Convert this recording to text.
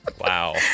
Wow